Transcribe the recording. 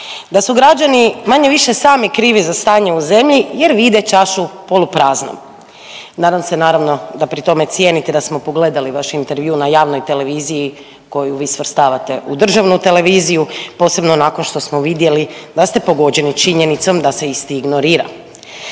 da su građani manje-više sami krivi za stanje u zemlji jer vide čašu polupraznu. Nadam se naravno da pri tome cijenite da smo pogledali vaš intervju na javnoj televiziji koju vi svrstavate u državnu televiziju posebno nakon što smo vidjeli da ste pogođeni činjenicom da … Vaša izjava